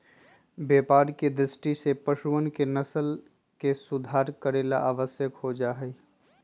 व्यापार के दृष्टि से पशुअन के नस्ल के सुधार करे ला आवश्यक हो जाहई